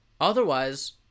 Otherwise